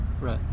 right